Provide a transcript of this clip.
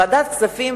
ועדת הכספים,